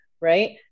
right